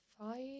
five